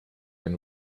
end